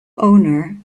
owner